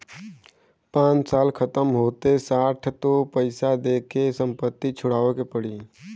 पाँच साल खतम होते साठ तो पइसा दे के संपत्ति छुड़ावे के पड़ी